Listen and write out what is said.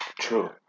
true